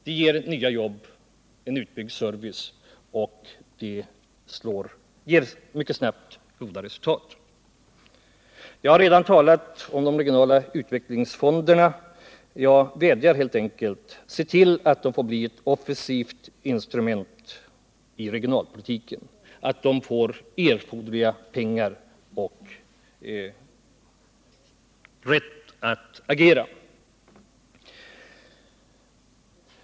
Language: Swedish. Det ger mycket snabbt goda resultat med nya jobb och en utbyggd service. Jag har redan talat om de regionala utvecklingsfonderna. Jag vädjar om att de får bli ett offensivt instrument inom regionalpolitiken, att de får erforderliga pengar och rätt att agera.